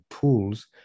tools